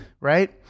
right